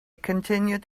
continued